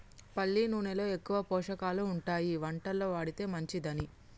పల్లి నూనెలో ఎక్కువ పోషకాలు ఉంటాయి వంటలో వాడితే మంచిదని